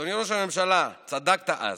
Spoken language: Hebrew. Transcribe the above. אדוני ראש הממשלה, צדקת אז.